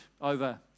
over